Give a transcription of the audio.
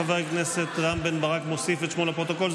חבר הכנסת רם בן ברק מוסיף את שמו לפרוטוקול.